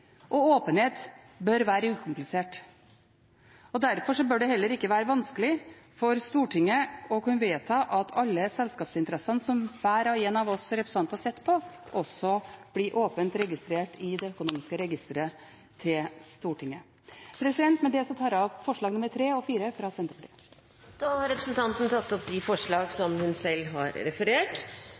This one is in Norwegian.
og åpenhet bør være ukomplisert. Derfor bør det heller ikke være vanskelig for Stortinget å kunne vedta at alle selskapsinteresser som hver og en av oss representanter sitter på, også blir åpent registrert i det økonomiske registeret til Stortinget. Med det tar jeg opp forslagene nr. 3 og 4, fra Senterpartiet. Representanten Marit Arnstad har tatt opp de forslagene hun